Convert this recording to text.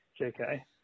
JK